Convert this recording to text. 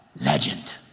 legend